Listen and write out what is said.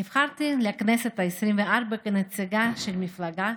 נבחרתי לכנסת העשרים-וארבע כנציגה של מפלגת